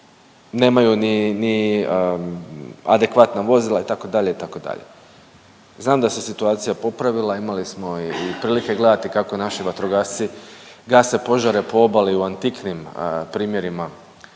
nemaju ni adekvatna vozila itd., itd.. Znam da se situacija popravila imali smo i prilike gledati kako naši vatrogasci gase požare po obali u antiknim primjerima